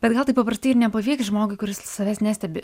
bet gal tai paprastai ir nepavyks žmogui kuris savęs nestebi